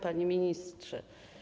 Panie Ministrze!